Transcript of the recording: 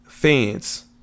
Fans